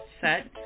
set